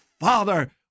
Father